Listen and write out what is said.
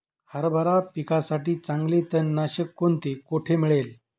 हरभरा पिकासाठी चांगले तणनाशक कोणते, कोठे मिळेल?